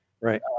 Right